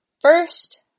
first